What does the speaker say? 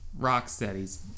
Rocksteady's